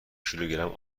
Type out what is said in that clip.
کیلوگرم